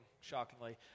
shockingly